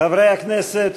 חברי הכנסת,